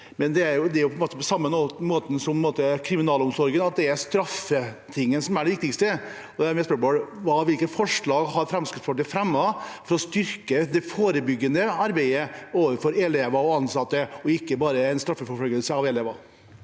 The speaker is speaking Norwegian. men på samme måte som i kriminalomsorgen er det straffetingen som er det viktigste. Dermed er spørsmålet: Hvilke forslag har Fremskrittspartiet fremmet som styrker det forebyggende arbeidet overfor elever og ansatte, og ikke bare en straffeforfølgelse av elever?